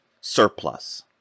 surplus